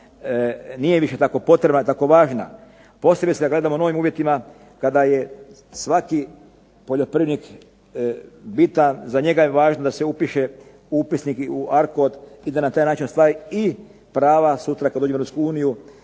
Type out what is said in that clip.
nije više tako potrebna i tako važna. Posebice kad gledamo u novim uvjetima kada je svaki poljoprivrednik bitan, za njega je važno da se upiše u upisnik i u arku i da na taj način ostvari i prava sutra kad dođe u EU i